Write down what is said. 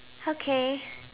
okay